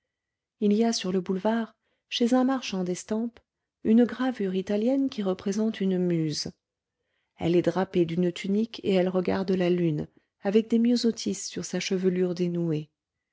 il y a sur le boulevard chez un marchand d'estampes une gravure italienne qui représente une muse elle est drapée d'une tunique et elle regarde la lune avec des myosotis sur sa chevelure dénouée